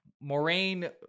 Moraine